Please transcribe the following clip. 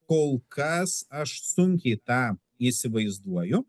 kol kas aš sunkiai tą įsivaizduoju